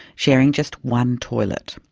sharing just one toilet.